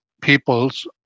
peoples